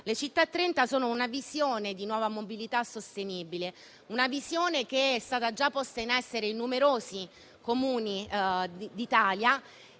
Le Città 30 sono una visione di nuova mobilità sostenibile, già posta in essere in numerosi Comuni d'Italia